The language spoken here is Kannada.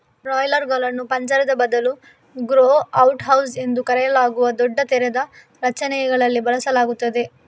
ಬ್ರಾಯ್ಲರುಗಳನ್ನು ಪಂಜರದ ಬದಲು ಗ್ರೋ ಔಟ್ ಹೌಸ್ ಎಂದು ಕರೆಯಲಾಗುವ ದೊಡ್ಡ ತೆರೆದ ರಚನೆಗಳಲ್ಲಿ ಬೆಳೆಸಲಾಗುತ್ತದೆ